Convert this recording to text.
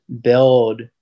build